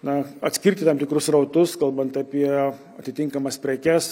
na atskirti tam tikrus srautus kalbant apie atitinkamas prekes